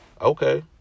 okay